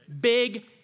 big